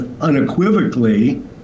unequivocally